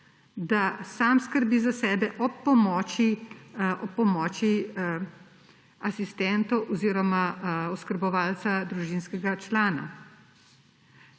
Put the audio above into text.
da sam skrbi za sebe ob pomoči asistentov oziroma oskrbovalca družinskega člana.